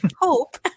hope